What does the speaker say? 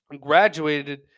graduated